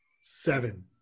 Seven